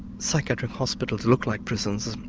psychiatric hospitals look like prisons,